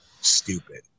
Stupid